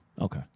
Okay